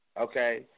okay